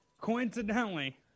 coincidentally